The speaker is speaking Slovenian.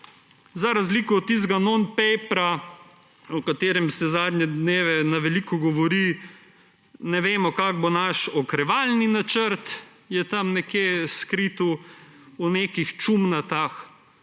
za razliko od tistega non-paperja, o katerem se zadnje dneve na veliko govori. Ne vemo, kakšen bo naš okrevalni načrt, skrit je tam nekje v nekih čumnatah